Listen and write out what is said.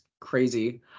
crazy